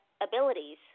abilities